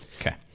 okay